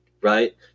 right